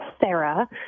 Sarah